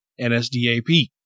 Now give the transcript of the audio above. NSDAP